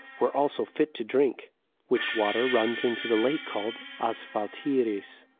were also fit to drink which water runs into the lake called asphaltiris.